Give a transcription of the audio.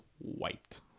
wiped